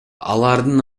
алардын